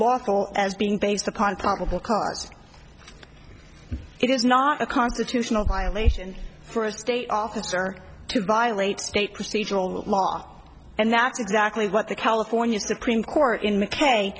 lawful as being based upon probable cause it is not a constitutional violation for a state officer to violate state procedural law and that's exactly what the california supreme court in mackay